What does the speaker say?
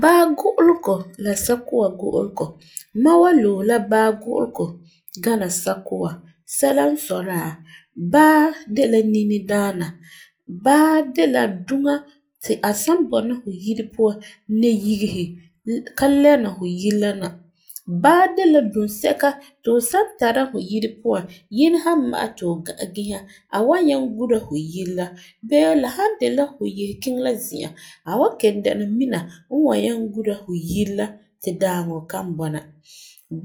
Baa gu'ulegɔ la sakua gu'ulegɔ. Mam wan loe la baa gu'ulegɔ gana sakua sɛla n sɔi la, baa de la nini daana, baa de la duŋa ti a san bɔna fu yire puan nayigesi ka lɛni fu yire la na. Baa de la dunsɛka ti fu san tara fu yire puan yinɛ san ma'ɛ ti fu gã visa a wan nyaŋɛ gura fu yire la bee la san de la fu yese kiŋɛ la zi'a,a wan kelum dɛna mina n wan nyaŋɛ gura fu yire la ti dãaŋɔ kan bɔna.